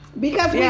because yeah